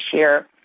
share